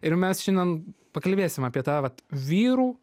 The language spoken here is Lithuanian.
ir mes šiandien pakalbėsim apie tą vat vyrų